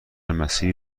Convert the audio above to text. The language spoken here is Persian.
مسیری